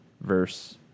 verse